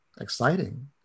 exciting